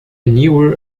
newer